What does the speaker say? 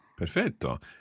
Perfetto